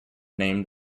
named